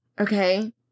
Okay